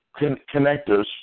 connectors